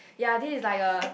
ya this is like a